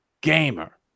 gamer